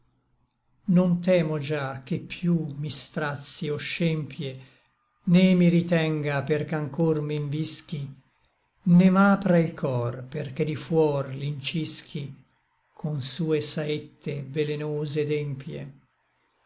non temo già che piú mi strazi o scempie né mi ritenga perch'anchor m'invischi né m'apra il cor perché di fuor l'incischi con sue saette velenose et empie